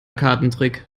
kartentrick